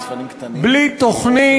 בלי תוכנית,